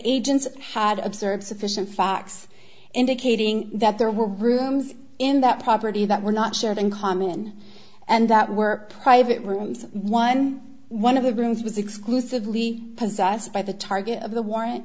agents had observed sufficient fox indicating that there were rooms in that property that we're not sure of in common and that were private rooms eleven of the rooms was exclusively possessed by the target of the warrant